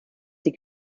die